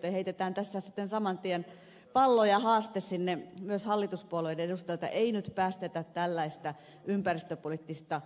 siis heitetään saman tien pallo ja haaste myös sinne hallituspuolueiden edustajille että ei nyt päästetä tällaista ympäristöpoliittista